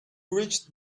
reached